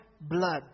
blood